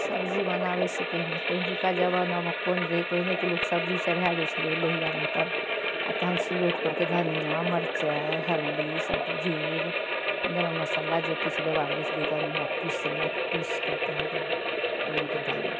सबजी बनाबै से पहिने पहिलुका जमानामे कोन रहै पहिले तऽ लोक सबजी चढ़ा दै छलै लोहिआमे कऽ आओर तहन सिलौठपर कऽ धनियाँ मरचाइ हल्दी ईसबटा जीर गरम मसल्ला जे किछु देबाक रहै छलैए तहन ओकरा पिसलक पीसिकऽ तहन ओ ओहिमेके देलक